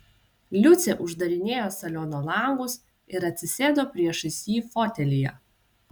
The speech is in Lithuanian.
liucė uždarinėjo saliono langus ir atsisėdo priešais jį fotelyje